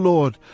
Lord